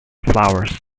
flowers